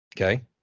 Okay